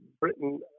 britain